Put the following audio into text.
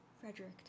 Frederick